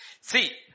See